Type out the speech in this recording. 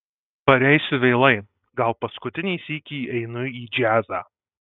pareisiu vėlai gal paskutinį sykį einu į džiazą